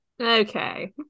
Okay